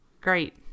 Great